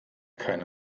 keine